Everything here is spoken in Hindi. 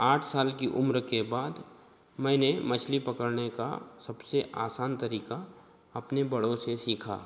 आठ साल की उम्र के बाद मैंने मछली पकड़ने का सबसे आसान तरीका अपने बड़ों से सिखा